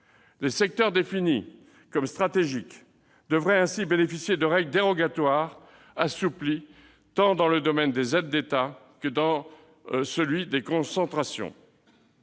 Les secteurs définis comme stratégiques devraient ainsi bénéficier de règles dérogatoires assouplies, tant dans le domaine des aides d'État que dans celui des concentrations.